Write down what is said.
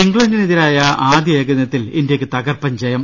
ഇംഗ്ലണ്ടിനെതിരായ ആദ്യഏകദിനത്തിൽ ഇന്ത്യക്ക് തകർപ്പൻ ജയം